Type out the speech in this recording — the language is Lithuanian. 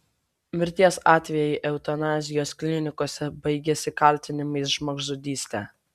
mirties atvejai eutanazijos klinikose baigiasi kaltinimais žmogžudyste